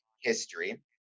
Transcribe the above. history